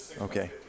Okay